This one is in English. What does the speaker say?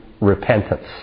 repentance